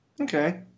Okay